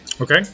Okay